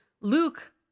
Luke